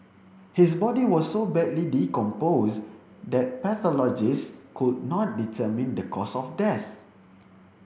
his body was so badly decomposed that pathologists could not determine the cause of death